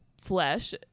flesh